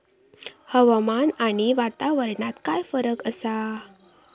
हवामान आणि वातावरणात काय फरक असा?